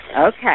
Okay